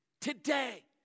Today